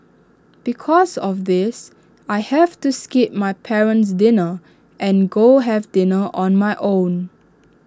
because of this I have to skip my parent's dinner and go have dinner on my own